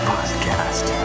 Podcast